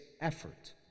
effort